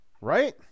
right